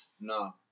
No